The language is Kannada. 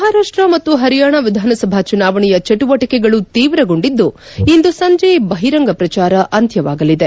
ಮಹಾರಾಷ್ಷ ಮತ್ತು ಪರಿಯಾಣ ವಿಧಾನಸಭಾ ಚುನಾವಣೆಯ ಚಟುವಟಿಕೆಗಳು ತೀವ್ರಗೊಂಡಿದ್ಲು ಇಂದು ಸಂಜೆ ಬಹಿರಂಗ ಪ್ರಚಾರ ಅಂತ್ಯವಾಗಲಿದೆ